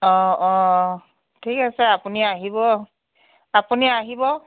অ অ ঠিক আছে আপুনি আহিব আপুনি আহিব